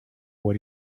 what